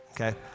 okay